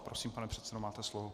Prosím, pane předsedo, máte slovo.